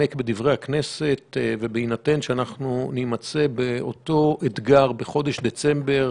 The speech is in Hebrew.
בהינתן שנימצא באותו אתגר בחודש דצמבר,